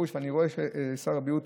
אני רואה ששר הבריאות,